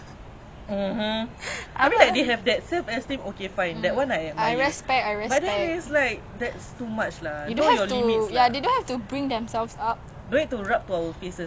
how they say like last time they small young they pray so many times do this do that I'm like why